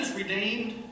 redeemed